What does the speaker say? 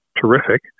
terrific